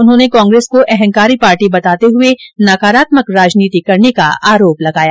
उन्होंने कांग्रेस को अहंकारी पार्टी बताते हए नकारात्मक राजनीति करने का आरोप लगाया